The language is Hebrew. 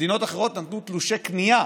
מדינות אחרות נתנו תלושי קנייה,